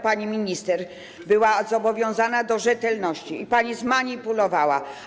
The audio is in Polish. Pani minister była zobowiązana do rzetelności, a pani zmanipulowała.